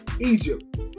Egypt